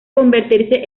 convertirse